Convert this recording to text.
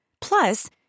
Plus